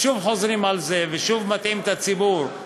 ושוב חוזרים על זה, ושוב מטעים את הציבור.